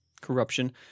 corruption